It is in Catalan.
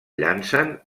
llancen